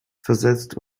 versetzt